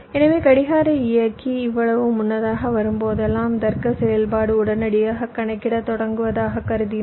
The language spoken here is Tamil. எனவே கடிகார இயக்கி இவ்வளவு முன்னதாக வரும்போதெல்லாம் தர்க்க செயல்பாடு உடனடியாக கணக்கிடத் தொடங்குவதாக கருதினோம்